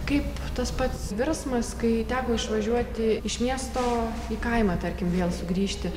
kaip tas pats virsmas kai teko išvažiuoti iš miesto į kaimą tarkim vėl sugrįžti